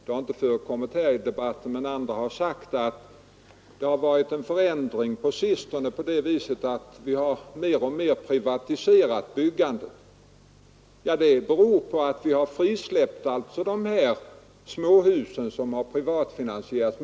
Det har inte kommit upp under debatten här, men andra har sagt att det på sistone förekommit en privatisering av byggandet. Det beror enbart på att vi frisläppt småhus som har privatfinansierats.